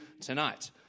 tonight